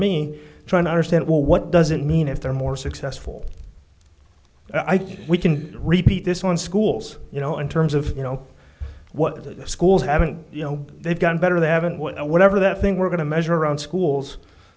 me trying to understand well what does it mean if they're more successful i think we can repeat this one schools you know in terms of you know what schools haven't you know they've gotten better they haven't whatever that thing we're going to measure around schools